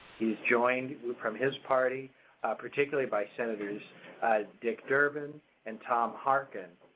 he is joined from his party particularly by senators dick durbin and tom harkin,